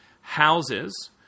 houses